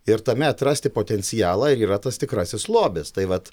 ir tame atrasti potencialą ir yra tas tikrasis lobis tai vat